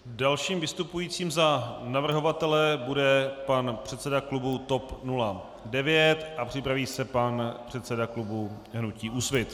Dalším vystupujícím za navrhovatele bude pan předseda klubu TOP 09 a připraví se pan předseda klubu hnutí Úsvit.